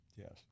Yes